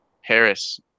Harris